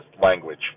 language